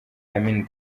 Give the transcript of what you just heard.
amin